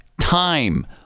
Time